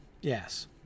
Yes